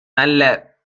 நல்ல